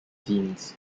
teens